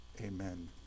Amen